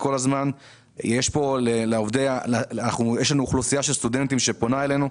יש אוכלוסייה של סטודנטים שפונה אלינו.